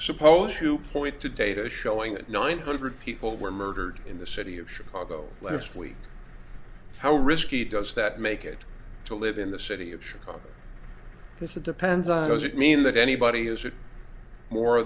supposed to point to data showing that nine hundred people were murdered in the city of chicago last week how risky does that make it to live in the city of chicago is it depends on how does it mean that anybody has it more